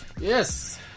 Yes